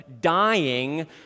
dying